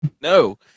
No